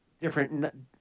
different